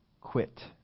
quit